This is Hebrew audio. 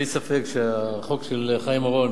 אין לי ספק שהחוק של חיים אורון